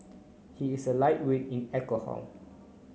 he is a lightweight in alcohol